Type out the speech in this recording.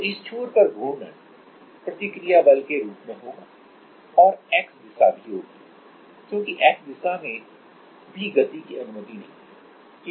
तो इस छोर पर घूर्णन प्रतिक्रिया बल के रूप में होगा और X दिशा भी होगी क्योंकि X दिशा में भी गति की अनुमति नहीं है